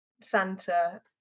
Santa